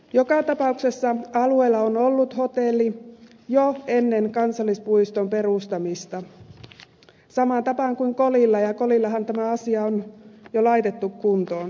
joka tapauksessa alueella on ollut hotelli jo ennen kansallispuiston perustamista samaan tapaan kuin kolilla ja kolillahan tämä asia on jo laitettu kuntoon